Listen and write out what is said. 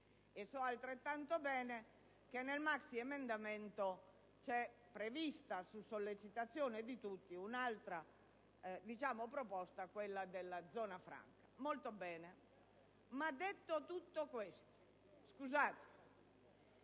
colleghi, che nel maxiemendamento è prevista, su sollecitazione di tutti, un'altra proposta, quella della zona franca. Molto bene. Ma, detto tutto questo, in